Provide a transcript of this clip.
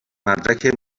مدرک